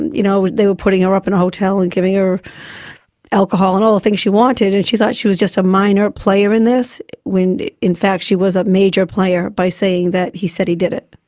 you know, they were putting her up in a hotel and giving her alcohol and all the things she wanted, and she thought she was just a minor player in this when in fact she was a major player by saying that he said he did it.